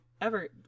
ever-